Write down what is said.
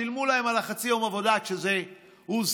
שילמו להם על חצי יום עבודה כשזה הוזכר,